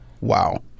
Wow